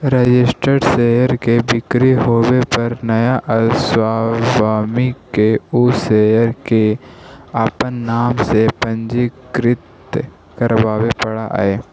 registered share के बिक्री होवे पर नया स्वामी के उ शेयर के अपन नाम से पंजीकृत करवावे पड़ऽ हइ